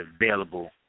available